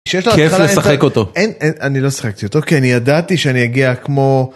איך לשחק אותו - אין אני לא שחקתי אותו כי אני ידעתי שאני אגיע כמו.